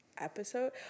episode